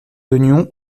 oignons